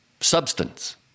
substance